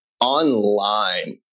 online